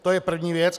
To je první věc.